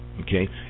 okay